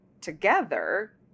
together